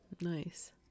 Nice